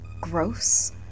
gross